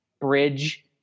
bridge